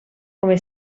come